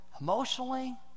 emotionally